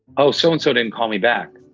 oh, so-and-so didn't call me back.